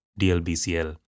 DLBCL